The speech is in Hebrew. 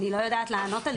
אני לא יודעת לענות על זה,